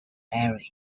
buried